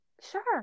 sure